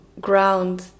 ground